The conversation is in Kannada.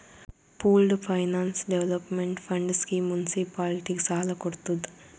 pooled finance development fund scheme ಮುನ್ಸಿಪಾಲಿಟಿಗ ಸಾಲ ಕೊಡ್ತುದ್